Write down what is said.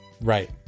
Right